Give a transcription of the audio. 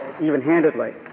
even-handedly